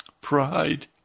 pride